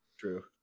True